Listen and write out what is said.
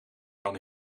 kan